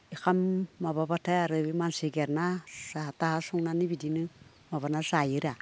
ओंखाम माबाब्लाथाय आरो मासे एगारना जाहा थाहा संनानै बिदिनो माबाना जायोरा